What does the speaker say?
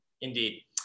Indeed